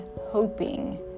hoping